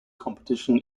competition